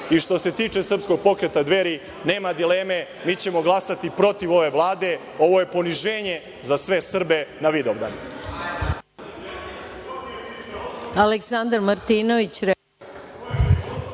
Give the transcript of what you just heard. i što se tiče Srpskog pokreta Dveri, nema dileme, mi ćemo glasati protiv ove Vlade. Ovo je poniženje za sve Srbe na Vidovdan.